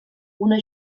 una